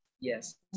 Yes